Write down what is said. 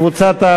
לא נתקבלו.